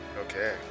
Okay